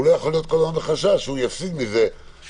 ולא יכול להיות על היום בחשש שיפסיד מזה משהו,